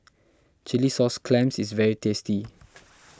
Chilli Sauce Clams is very tasty